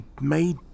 made